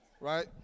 right